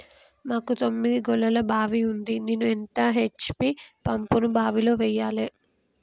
మాకు తొమ్మిది గోళాల బావి ఉంది నేను ఎంత హెచ్.పి పంపును బావిలో వెయ్యాలే?